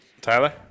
Tyler